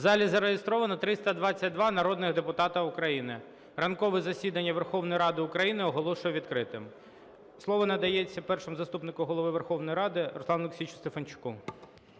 В залі зареєстровано 322 народних депутати України. Ранкове засідання Верховної Ради України оголошую відкритим. Слово надається Першому заступнику Голови Верховної Ради Руслану Олексійовичу Стефанчуку.